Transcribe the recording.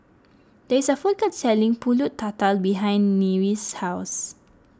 there is a food court selling Pulut Tatal behind Nyree's house